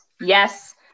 Yes